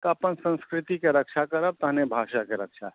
अपन संस्कृतिके रक्षा करब तहने भाषाके रक्षा हैत